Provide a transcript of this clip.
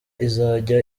izajya